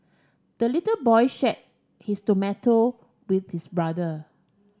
the little boy shared his tomato with his brother